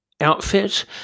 outfit